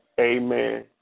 amen